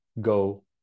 go